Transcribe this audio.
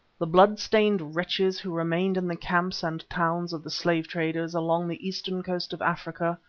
the blood-stained wretches who remained in the camps and towns of the slave-traders, along the eastern coast of africa,